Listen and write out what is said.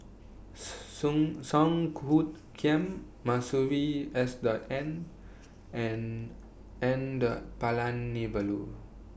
Song Some Kiam Masuri S W N and N Palanivelu